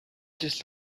this